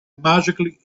magically